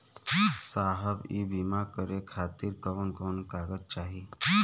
साहब इ बीमा करें खातिर कवन कवन कागज चाही?